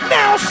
Now